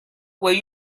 will